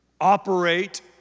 operate